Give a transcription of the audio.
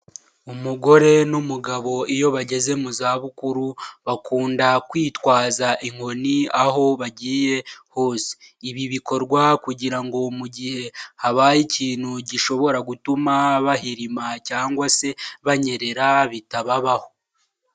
Umugore n'umugabo iyo bageze mu zabukuru bakunda kwitwaza inkoni aho bagiye hose, ibi bikorwa kugira ngo mu gihe habaye ikintu gishobora gutuma bahirima cyangwa se banyerera bitababaho.